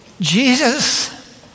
Jesus